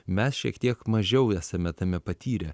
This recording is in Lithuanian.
mes šiek tiek mažiau esame tame patyrę